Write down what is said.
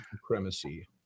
supremacy